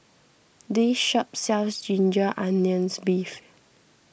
this shop sells Ginger Onions Beef